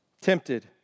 Tempted